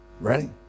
Ready